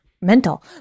mental